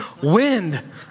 Wind